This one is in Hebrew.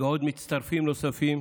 ועוד מצטרפים נוספים,